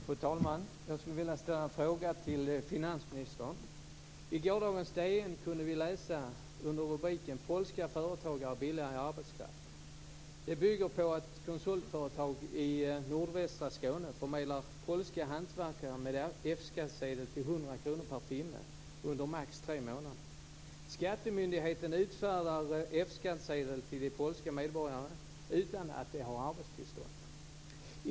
Fru talman! Jag skulle vilja ställa en fråga till finansministern. I gårdagens DN kunde vi läsa rubriken "Polska företagare billig arbetskraft". Det bygger på att konsultföretag i nordvästra Skåne förmedlar polska hantverkare med F-skattsedel till 100 kr per timme under maximalt tre månader. Skattemyndigheten utfärdar F skattsedel till de polska medborgarna utan att de har arbetstillstånd.